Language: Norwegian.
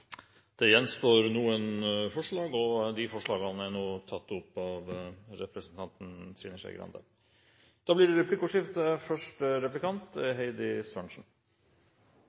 Det gjenstår noen forslag, og de forslagene er nå tatt opp av representanten Trine Skei Grande. Det blir replikkordskifte.